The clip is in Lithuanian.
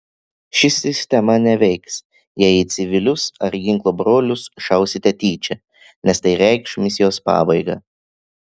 ši sistema neveiks jei į civilius ar ginklo brolius šausite tyčia nes tai reikš misijos pabaigą